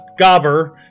gobber